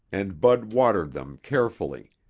and bud watered them carefully,